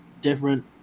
different